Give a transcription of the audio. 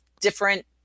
different